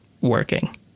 working